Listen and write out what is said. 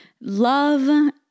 love